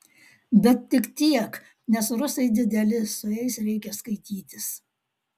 bet tik tiek nes rusai dideli su jais reikia skaitytis